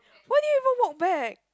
why did you even walk back